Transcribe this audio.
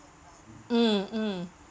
mm mm